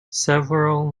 several